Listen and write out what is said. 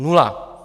Nula!